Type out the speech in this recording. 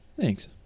Thanks